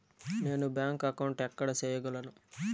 నేను bank account ఎక్కడ సేయగలను